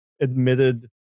admitted